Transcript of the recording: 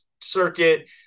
circuit